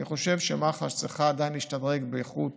אני חושב שמח"ש עדיין צריכה להשתדרג באיכות